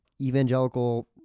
evangelical